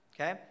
okay